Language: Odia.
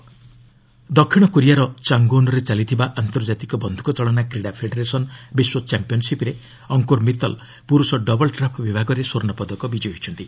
ସ୍କଟିଙ୍ଗ୍ ଦକ୍ଷିଣ କୋରିଆର ଚାଙ୍ଗ୍ଓ୍ୱନ୍ରେ ଚାଲିଥିବା ଅନ୍ତର୍ଜାତୀୟ ବନ୍ଧୁକଚାଳନା କ୍ରୀଡ଼ା ଫେଡେରେସନ୍ ବିଶ୍ୱ ଚାମ୍ପିୟନ୍ସିପ୍ରେ ଅଙ୍କର ମିତଲ ପୁର୍ରଷ ଡବଲ୍ ଟ୍ରାପ୍ ବିଭାଗରେ ସ୍ୱର୍ଷପଦକ ବିଜୟୀ ହୋଇଛନ୍ତି